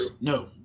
No